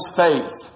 faith